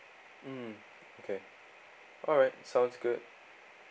mm okay alright sounds good